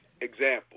example